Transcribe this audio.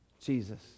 Jesus